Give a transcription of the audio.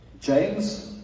James